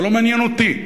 זה לא מעניין אותי.